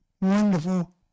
wonderful